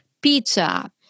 pizza